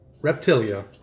Reptilia